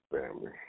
Family